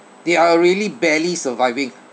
they are really barely surviving